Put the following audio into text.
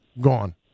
gone